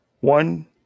One